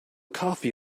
coffee